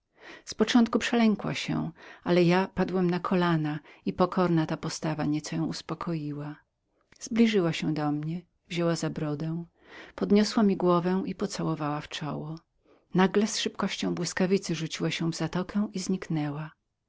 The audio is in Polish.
z początku przelękła się ale ja padłem na kolana i pokorna ta postawa nieco ją uspokoiła zbliżyła się do mnie wzięła mnie za brodę podniosła mi głowę i pocałowała w czoło nagle z szybkością błyskawicy rzuciła się w zatokę i znikła